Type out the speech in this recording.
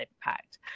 impact